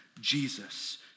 Jesus